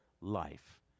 life